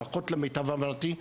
לפחות למיטב הבנתי,